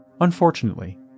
Unfortunately